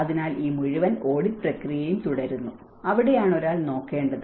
അതിനാൽ ഈ മുഴുവൻ ഓഡിറ്റ് പ്രക്രിയയും തുടരുന്നു അവിടെയാണ് ഒരാൾ നോക്കേണ്ടത്